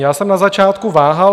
Já jsem na začátku váhal.